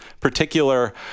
particular